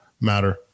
matter